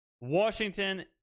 Washington